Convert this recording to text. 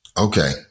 Okay